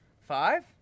Five